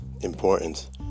importance